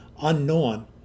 unknown